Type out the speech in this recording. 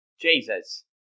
Jesus